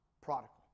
prodigal